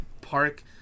park